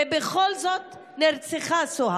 ובכל זאת סוהא נרצחה.